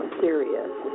serious